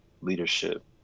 leadership